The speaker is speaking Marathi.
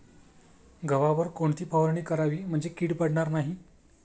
गव्हावर कोणती फवारणी करावी म्हणजे कीड पडणार नाही?